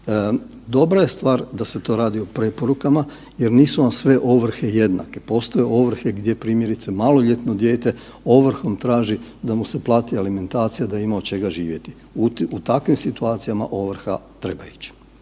dobra je stvar da se to radi o preporukama jer nisu vam sve ovrhe jednake, postoje ovrhe gdje primjerice maloljetno dijete ovrhom traži da mu se plati alimentacija da ima od čega živjeti. U takvim situacijama ovrha treba ići.